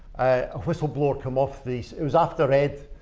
a whistleblower come off this it was after ed.